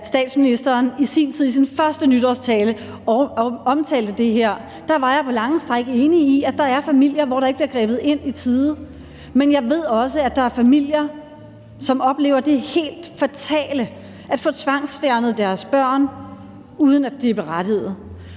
da statsministeren i sin tid i sin første nytårstale omtalte det her, var jeg på lange stræk enig i, at der er familier, hvor der ikke bliver grebet ind i tide. Men jeg ved også, at der er familier, som oplever det helt fatale at få tvangsfjernet deres børn, uden at det er berettiget.